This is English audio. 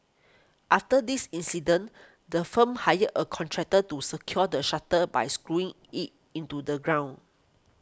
after this incident the firm hired a contractor to secure the shutter by screwing it into the ground